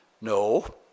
No